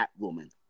Batwoman